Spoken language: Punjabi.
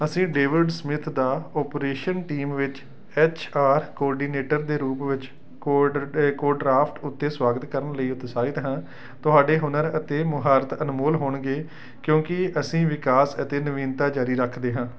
ਅਸੀਂ ਡੇਵਿਡ ਸਮਿਥ ਦਾ ਓਪਰੇਸ਼ਨ ਟੀਮ ਵਿੱਚ ਐਚ ਆਰ ਕੋਆਰਡੀਨੇਟਰ ਦੇ ਰੂਪ ਵਿੱਚ ਕੋਡਰ ਕੋਡਕ੍ਰਾਫਟ ਉੱਤੇ ਸੁਆਗਤ ਕਰਨ ਲਈ ਉਤਸ਼ਾਹਿਤ ਹਾਂ ਤੁਹਾਡੇ ਹੁਨਰ ਅਤੇ ਮੁਹਾਰਤ ਅਨਮੋਲ ਹੋਣਗੇ ਕਿਉਂਕਿ ਅਸੀਂ ਵਿਕਾਸ ਅਤੇ ਨਵੀਨਤਾ ਜਾਰੀ ਰੱਖਦੇ ਹਾਂ